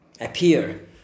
appear